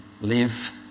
live